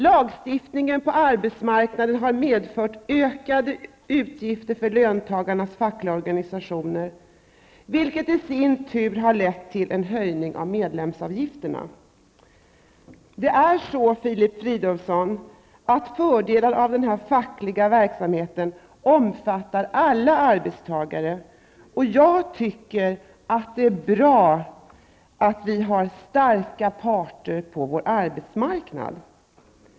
Lagstiftningen på arbetsmarknaden har medfört ökade uppgifter för löntagarnas fackliga organisationer, vilket i sin tur har lett till höjning av medlemsavgifterna. Det är så, Filip Fridolfsson, att fördelar av den fackliga verksamheten omfattar alla arbetstagare. Och jag tycker att det är bra att vi har starka parter på arbetsmarknaden.